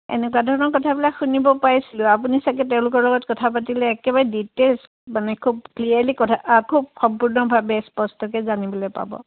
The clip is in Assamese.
এনেকুৱা ধৰণৰ কথাবিলাক শুনিব পাইছিলোঁ আপুনি চাগৈ তেওঁলোকৰ লগত কথা পাতিলে একেবাৰে ডিটেইলছ মানে খুব ক্লিয়েৰলি খুব সম্পূৰ্ণভাৱে স্পষ্টকৈ জানিবলৈ পাব